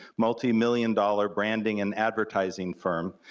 multi million dollar branding and advertising firm,